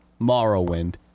Morrowind